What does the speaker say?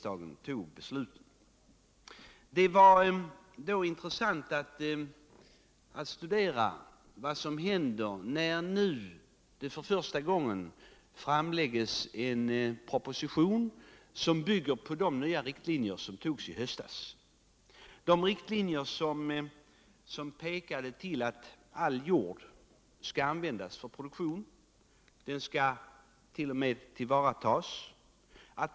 Det är mycket intressant att studera vad som händer när nu för första gången en proposition framläggs som bygger på de nya riktlinjer som antogs i höstas. Dessa gick ut på att all jord skall användas för produktion. Jorden skall tillvaratagas.